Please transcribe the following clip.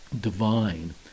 divine